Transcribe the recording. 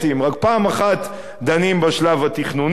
רק שפעם אחת דנים בשלב התכנוני,